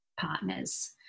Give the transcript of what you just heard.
partners